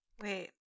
Wait